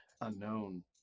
unknown